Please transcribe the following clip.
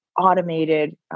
automated